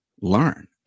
learn